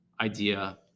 idea